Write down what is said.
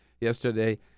yesterday